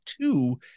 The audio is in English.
two